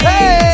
Hey